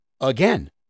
again